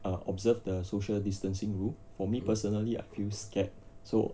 uh observe the social distancing rule for me personally I feel scared so